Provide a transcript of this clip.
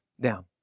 down